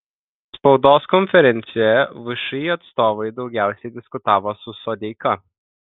spaudos konferencijoje všį atstovai daugiausiai diskutavo su sodeika